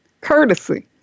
courtesy